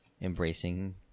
embracing